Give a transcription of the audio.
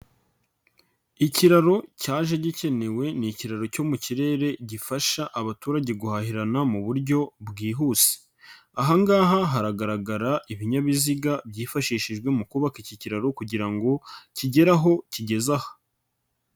Ikiraro cyaje gikenewe ni ikiraro cyo mu kirere gifasha abaturage guhahirana mu buryo bwihuse, aha ngaha haragaragara ibinyabiziga byifashishijwe mu kubaka iki kiraro kugira ngo kigere aho kigeze aha.